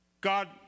God